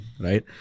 right